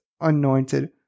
anointed